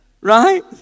Right